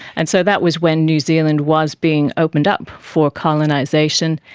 and so that was when new zealand was being opened up for colonisation,